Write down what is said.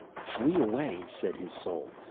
flee away said his soul,